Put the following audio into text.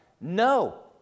no